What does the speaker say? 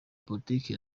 politiki